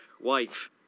Wife